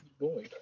boy